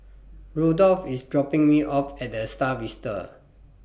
Rudolf IS dropping Me off At The STAR Vista